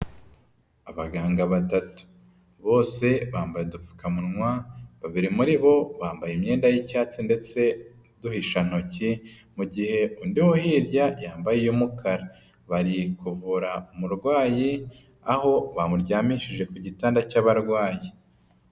Abaganga batatu bose bambaye udupfukamunwa, babiri muri bo bambaye imyenda y'icyatsi ndetse n'uduhisha ntoki, mu gihe undi muhirya yambaye umukara barimo kuvura umurwayi aho bamuryamishije ku gitanda cy'abarwayi.